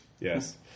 Yes